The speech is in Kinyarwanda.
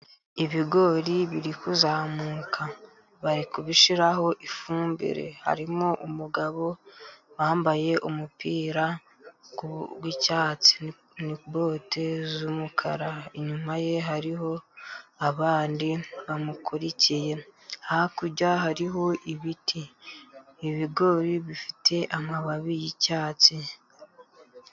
Ibigori biri kuzamuka bari kubishiraho ifumbire harimo umugabo wambaye umupira w'icyatsi, bote z'umukara inyuma ye hariho abandi bantu bamukurikiye, hakurya hariho ibiti, ibigori bifite amababi y'icyatsi.